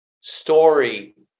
story